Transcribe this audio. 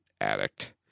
addict